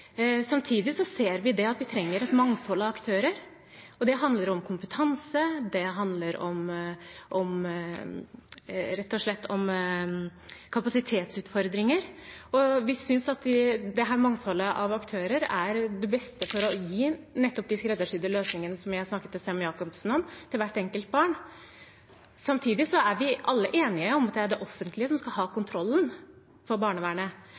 Samtidig ser vi at vi trenger et mangfold av aktører. Det handler om kompetanse, og det handler rett og slett om kapasitetsutfordringer. Vi synes dette mangfoldet av aktører er det beste for å gi nettopp de skreddersydde løsningene som jeg snakket til Sem-Jacobsen om, til hvert enkelt barn. Samtidig er vi alle enige om at det er det offentlige som skal ha kontrollen med barnevernet,